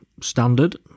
standard